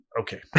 Okay